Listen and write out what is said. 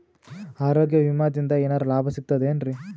ಆರೋಗ್ಯ ವಿಮಾದಿಂದ ಏನರ್ ಲಾಭ ಸಿಗತದೇನ್ರಿ?